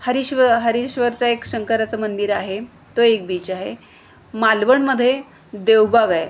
हरिश्वर हरश्वरचा एक शंकराचं मंदिर आहे तो एक बीच आहे मालवणमध्ये देवबाग आहे